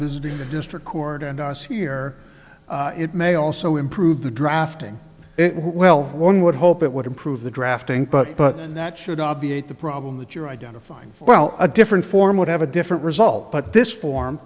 visiting the district court and us here it may also improve the drafting well one would hope it would improve the drafting but but then that should obviate the problem that you're identifying well a different form would have a different result but this form